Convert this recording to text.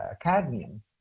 cadmium